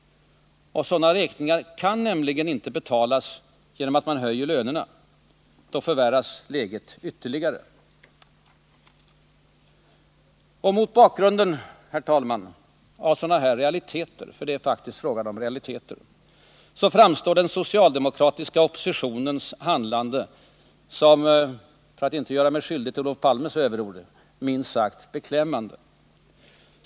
Sådana räkningar kan nämligen inte betalas genom höjda löner. Då förvärras läget. Herr talman! Mot bakgrunden av sådana här realiteter — det är faktiskt fråga om realiteter — framstår den socialdemokratiska oppositionens handlande såsom minst sagt beklämmande, för att inte göra mig skyldig till samma överord som Olof Palme.